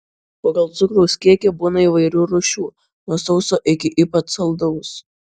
pagal cukraus kiekį būna įvairių rūšių nuo sauso iki ypač saldaus